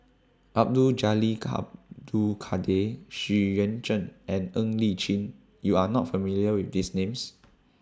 Abdul Jalil Abdul Kadir Xu Yuan Zhen and Ng Li Chin YOU Are not familiar with These Names